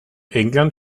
england